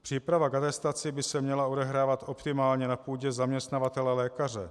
Příprava k atestaci by se měla odehrávat optimálně na půdě zaměstnavatele lékaře.